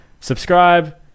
subscribe